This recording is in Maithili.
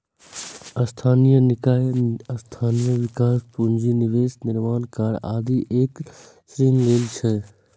स्थानीय निकाय स्थानीय विकास, पूंजी निवेश, निर्माण कार्य आदि लए ऋण लै छै